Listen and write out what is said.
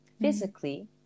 physically